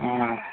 ᱚᱻ